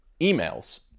emails